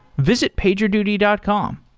visit pagerduty dot com.